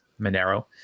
Monero